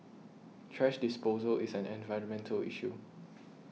thrash disposal is an environmental issue